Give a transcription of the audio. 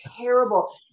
terrible